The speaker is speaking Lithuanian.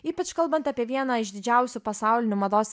ypač kalbant apie vieną iš didžiausių pasaulinių mados